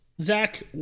Zach